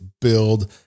build